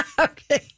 Okay